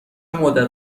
مدت